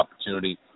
opportunity